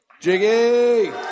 Jiggy